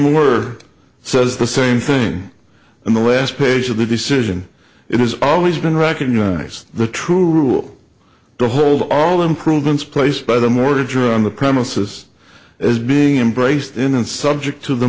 more or says the same thing in the last page of the decision it has always been recognized the true rule to hold all improvements placed by the mortgage or on the premises is being embraced in and subject to the